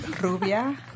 Rubia